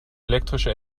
elektrische